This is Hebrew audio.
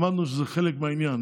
למדנו שזה חלק מהעניין.